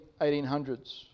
1800s